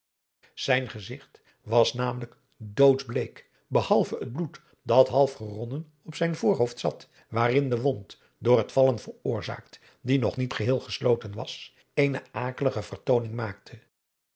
zijn gezigt was namelijk doodbleek behalve het bloed dat half geronnen op zijn voorhoofd zat waarin de wond door het vallen veroorzaakt die nog niet geheel gesloten was eene akelige vertooning maakte